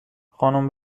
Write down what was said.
خانم